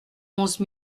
onze